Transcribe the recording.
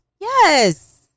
Yes